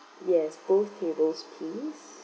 yes both tables please